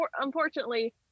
unfortunately